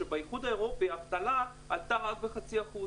שבאיחוד האירופי האבטלה עלתה רק ב-0.5%,